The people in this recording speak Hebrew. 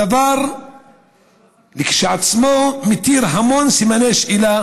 הדבר כשלעצמו מותיר המון סימני שאלה